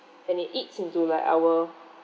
and it eats into like our